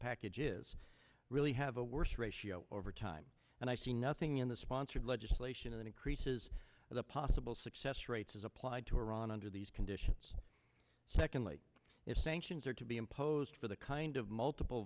package is really have a worse ratio over time and i see nothing in the sponsored legislation that increases the possible success rate as applied to iran under these conditions secondly if sanctions are to be imposed for the kind of multiple